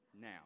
now